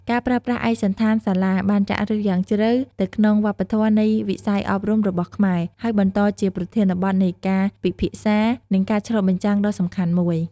ការប្រើប្រាស់ឯកសណ្ឋានសាលាបានចាក់ឫសយ៉ាងជ្រៅនៅក្នុងវប្បធម៌នៃវិស័យអប់រំរបស់ខ្មែរ ហើយបន្តជាប្រធានបទនៃការពិភាក្សា និងការឆ្លុះបញ្ចាំងដ៏សំខាន់មួយ។